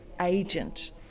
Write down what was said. agent